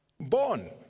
born